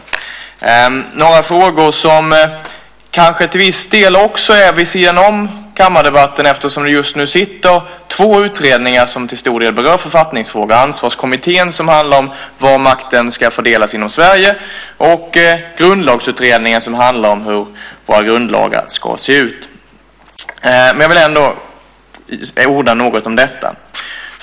Det är några frågor som kanske till viss del också är vid sidan om kammardebatten eftersom det just nu sitter två utredningar som till stor del berör författningsfrågor: Ansvarskommittén, som handlar om var makten ska fördelas inom Sverige, och Grundlagsutredningen, som handlar om hur våra grundlagar ska se ut. Men jag vill ändå orda något om detta.